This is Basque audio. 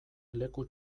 leku